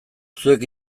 zuek